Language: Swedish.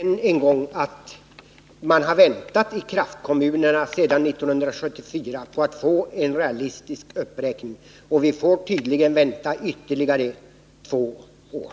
Herr talman! Jag konstaterar bara att man i kraftkommunerna har väntat sedan 1974 på att få en realistisk uppräkning. Vi får tydligen vänta ytterligare två år.